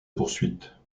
poursuite